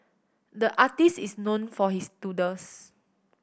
the artist is known for his doodles